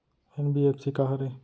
NBFC का हरे?